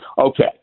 Okay